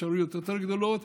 אפשרויות יותר גדולות.